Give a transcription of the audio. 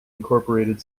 incorporated